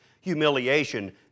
humiliation